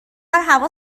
هوا